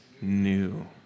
new